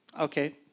Okay